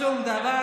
שום דבר,